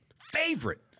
Favorite